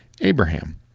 Abraham